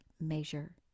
measure